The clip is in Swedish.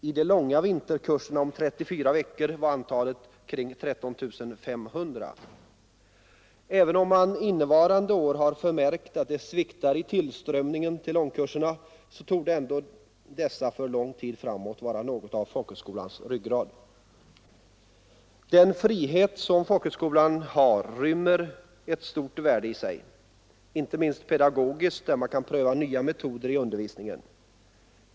I de långa vinterkurserna om 34 veckor var antalet kring 13 500. Även om man innevarande år har förmärkt att det sviktar i tillströmningen till långkurserna, torde dessa ändå för avsevärd tid framåt vara något av folkhögskolans ryggrad. Den frihet som folkhögskolan har rymmer ett stort värde i sig, inte minst pedagogiskt där man kan pröva nya metoder i undervisningen.